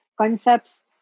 concepts